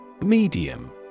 Medium